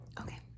Okay